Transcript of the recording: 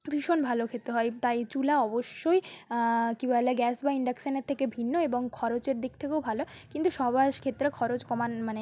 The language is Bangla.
ভীষণ ভালো খেতে হয় তাই চুলা অবশ্যই কী বলে গ্যাস বা ইন্ডাকশানের থেকে ভিন্ন এবং খরচের দিক থেকেও ভালো কিন্তু সবার ক্ষেত্রে খরচ কমান মানে